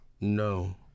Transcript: No